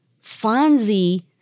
Fonzie